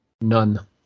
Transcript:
None